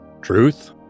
Truth